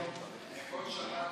כל הטוב הזה,